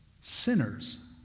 Sinners